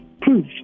proof